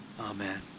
Amen